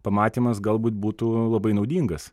pamatymas galbūt būtų labai naudingas